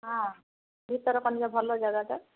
ହଁ ଭିତରକନିକା ଭଲ ଜାଗାଟା